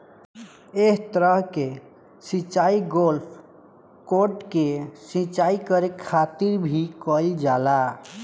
एह तरह के सिचाई गोल्फ कोर्ट के सिंचाई करे खातिर भी कईल जाला